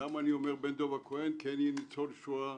למה אני אומר בן דב הכהן, כי אני ניצול שואה.